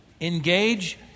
engage